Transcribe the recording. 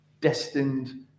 destined